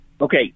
Okay